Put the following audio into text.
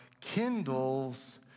kindles